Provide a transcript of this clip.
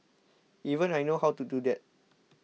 even I know how to do that